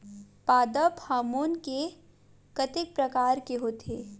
पादप हामोन के कतेक प्रकार के होथे?